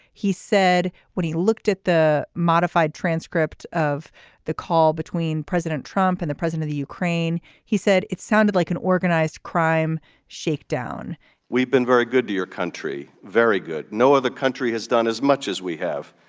he said when he looked at the modified transcript of the call between president trump and the president of ukraine he said it sounded like an organized crime shakedown we've been very good to your country. very good. no other country has done as much as we have.